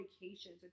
vacations